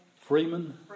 Freeman